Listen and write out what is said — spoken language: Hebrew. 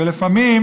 ולפעמים